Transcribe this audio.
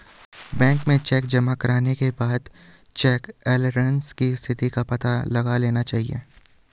bank में cheque जमा करने के बाद चेक क्लेअरन्स की स्थिति का पता लगा लेना चाहिए